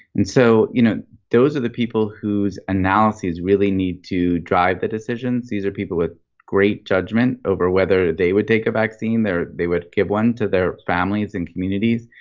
and so you know those are the people whose analyses really need to drive the decisions, these are people with great judgment over whether they would take a vaccine or they would give one to their families and communities.